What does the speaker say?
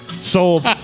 Sold